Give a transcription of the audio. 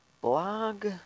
blog